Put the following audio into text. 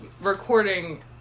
recording